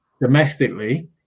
domestically